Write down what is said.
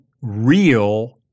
real